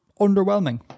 underwhelming